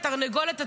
את תרנגולת,